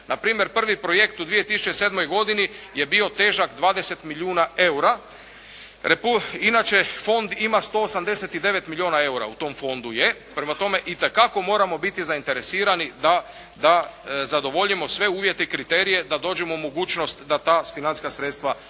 Na primjer prvi projekt u 2007. godini je bio težak 20 milijuna eura. Inače fond ima 189 milijuna eura u tom fondu je, prema tome itekako moramo biti zainteresirani da zadovoljimo sve uvjete i kriterije da dođemo u mogućnost da ta financijska sredstva možemo